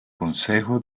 consejo